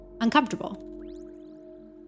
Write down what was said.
uncomfortable